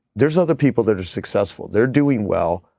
there's other people that are successful. they're doing well,